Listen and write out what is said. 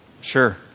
Sure